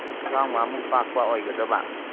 ꯇꯔꯥꯃꯉꯥꯃꯨꯛ ꯄꯥꯛꯄ ꯑꯣꯏꯒꯗꯕ